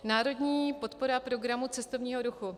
Národní podpora programu cestovního ruchu.